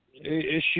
issue